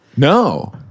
No